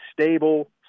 stable